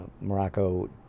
Morocco